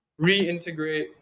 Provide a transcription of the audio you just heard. reintegrate